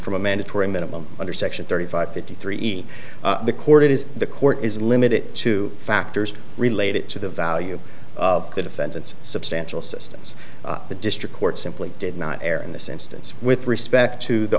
from a mandatory minimum under section thirty five fifty three e the court is the court is limited to factors related to the value of the defendant's substantial systems the district court simply did not err in this instance with respect to the